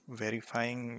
verifying